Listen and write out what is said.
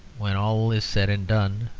when all is said and done,